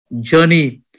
journey